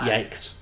Yikes